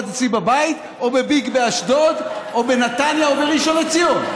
אצלי בבית או בביג באשדוד או בנתניה או בראשון לציון.